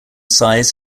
size